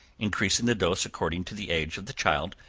increasing the dose according to the age of the child,